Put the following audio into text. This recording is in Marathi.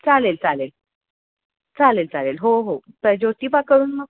चालेल चालेल चालेल चालेल हो हो ज्योतिबा करून मग